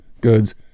goods